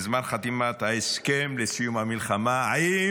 בזמן חתימת ההסכם לסיום המלחמה עם